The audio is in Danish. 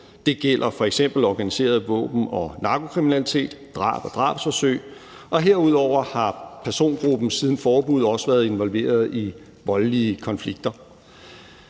Det gælder f.eks. organiseret våben- og narkokriminalitet, drab og drabsforsøg. Og herudover har persongruppen siden forbuddet også været involveret i voldelige konflikter.